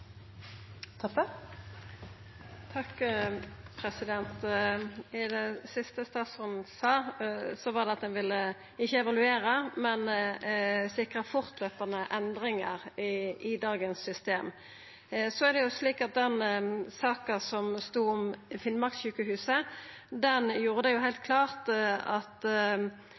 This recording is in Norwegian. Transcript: Det siste statsråden sa, var at ein ikkje ville evaluera, men sikra fortløpande endringar i dagens system. Så er det slik at den saka om Finnmarkssykehuset gjorde det heilt klart at